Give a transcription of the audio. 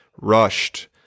rushed